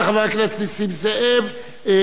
בבקשה, חבר הכנסת אחמד דבאח,